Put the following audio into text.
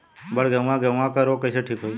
बड गेहूँवा गेहूँवा क रोग कईसे ठीक होई?